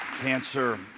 Cancer